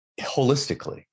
holistically